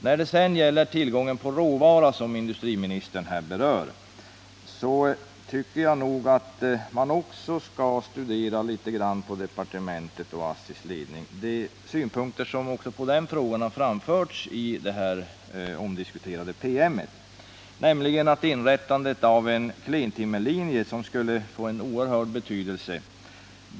När det sedan gäller tillgången på råvara, som berördes av industriministern, tycker jag att man inom departementet och inom ASSI också skall studera de synpunkter också på den frågan som framförts i den omdiskuterade PM:en. Jag tänker på inrättandet av en klentimmerlinje som skulle få en oerhörd betydelse.